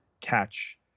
catch